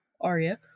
aria